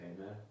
Amen